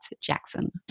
Jackson